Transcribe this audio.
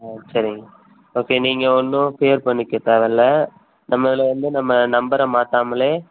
ஆ சரி ஓகே நீங்கள் ஒன்றும் ஃபியர் பண்ணிக்கத் தேவைல்ல நம்ம இதில் வந்து நம்ம நம்பரை மாற்றாமலே